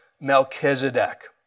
Melchizedek